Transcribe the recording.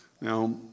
now